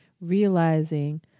realizing